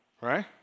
right